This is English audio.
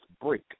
break